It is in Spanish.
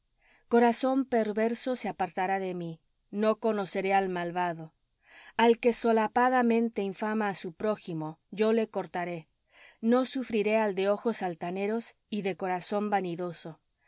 corazón perverso se apartará de mí no conoceré al malvado al que solapadamente infama á su prójimo yo le cortaré no sufriré al de ojos altaneros y de corazón vanidoso